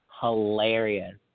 hilarious